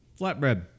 Flatbread